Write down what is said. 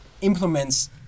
implements